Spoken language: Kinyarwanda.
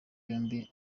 yombi